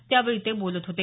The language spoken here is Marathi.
त्यावेळी ते बोलत होते